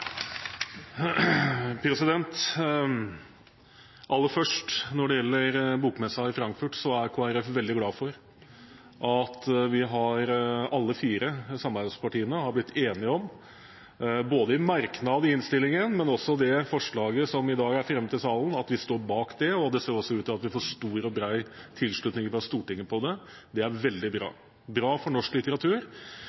Aller først, når det gjelder bokmessen i Frankfurt, så er Kristelig Folkeparti veldig glad for at alle fire samarbeidspartiene har blitt enige om både en merknad i innstillingen og også det forslaget som i dag er fremmet i salen. Vi står bak det, og det ser også ut til at vi får stor og bred tilslutning fra Stortinget til det. Det er veldig bra – bra for norsk litteratur